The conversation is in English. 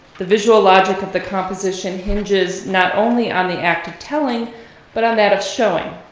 the visual logic of the composition hinges not only on the act of telling but on that of showing.